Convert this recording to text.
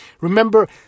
Remember